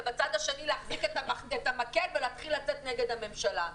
ובצד השני להחזיק את המקל ולהתחיל לצאת נגד הממשלה.